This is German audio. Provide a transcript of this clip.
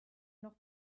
noch